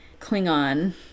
Klingon